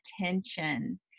attention